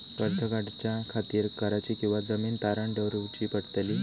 कर्ज काढच्या खातीर घराची किंवा जमीन तारण दवरूची पडतली?